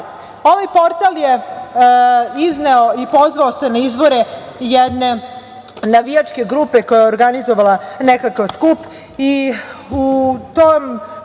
radi? Ovaj portal je izneo i pozvao se na izvore jedne navijačke grupe koja je organizovala nekakav skup i u tom